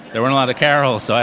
there weren't a lot of carols, so i